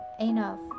enough